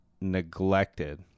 neglected